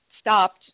stopped